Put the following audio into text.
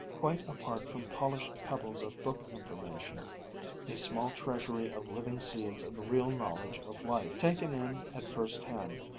quite apart from polished pebbles of book-information, a small treasury of living seeds of real knowledge of life, taken in at first-hand,